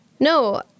No